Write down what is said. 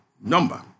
number